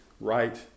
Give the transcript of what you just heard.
right